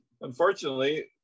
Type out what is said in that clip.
unfortunately